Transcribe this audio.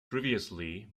previously